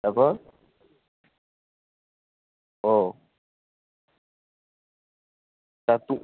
তারপর ও তা তু